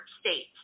states